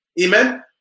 Amen